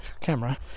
camera